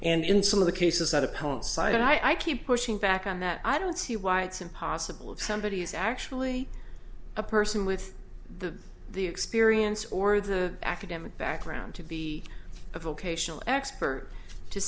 and in some of the cases that opponents cited i keep pushing back on that i don't see why it's impossible if somebody is actually a person with the the experience or the academic background to be a vocational expert to